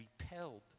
repelled